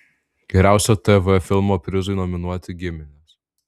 geriausio tv filmo prizui nominuoti giminės